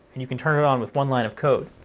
and you can turn it on with one line of code,